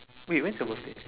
wait when's your birthday